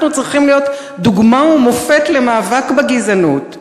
אנחנו צריכים להיות דוגמה ומופת למאבק בגזענות.